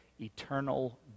eternal